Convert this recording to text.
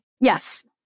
Yes